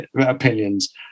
opinions